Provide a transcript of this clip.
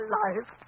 life